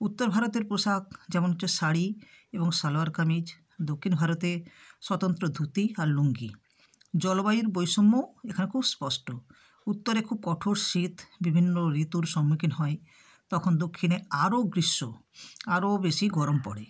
উত্তর ভারতের পোশাক যেমন হচ্ছে শাড়ি এবং সালোয়ার কামিজ দক্ষিণ ভারতে স্বতন্ত্র ধুতি আর লুঙ্গি জলবায়ুর বৈষম্য এখানে খুব স্পষ্ট উত্তরে খুব কঠোর শীত বিভিন্ন ঋতুর সম্মুখীন হয় তখন দক্ষিণে আরো গ্রীষ্ম আরো বেশি গরম পড়ে